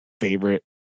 favorite